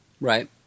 Right